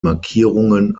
markierungen